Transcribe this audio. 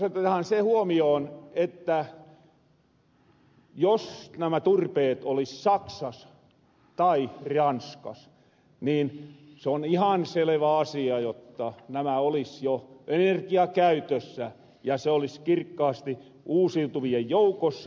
pitää ottaa se huomioon että jos nämä turpeet olis saksas tai ranskas niin se on ihan selevä asia jotta nämä olis jo enerkiakäytössä ja kirkkaasti uusiutuvien joukossa